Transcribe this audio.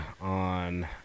on